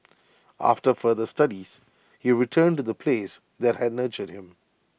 after further studies he returned to the place that had nurtured him